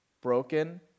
Broken